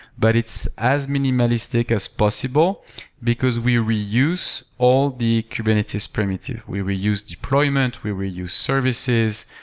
but it's as minimalistic as possible because we reuse all the kubernetes primitive. we reuse deployment, we reuse services,